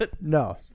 No